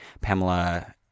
Pamela